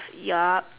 yup